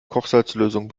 kochsalzlösung